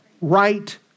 right